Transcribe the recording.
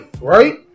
Right